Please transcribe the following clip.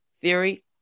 theory